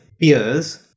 peers